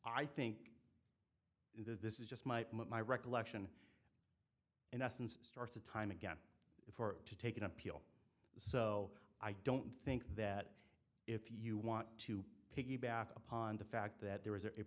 i think this is just might my recollection in essence starts a time again for to take an appeal so i don't think that if you want to piggyback upon the fact that there is a